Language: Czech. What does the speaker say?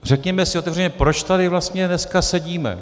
Řekněme si otevřeně, proč tady vlastně dneska sedíme.